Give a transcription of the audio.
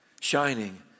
shining